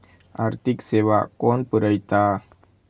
आर्थिक सेवा कोण पुरयता?